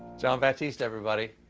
jon batiste, everybody.